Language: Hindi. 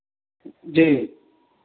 जी